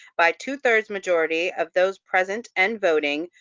by two-thirds majority of those present and voting,